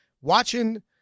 watching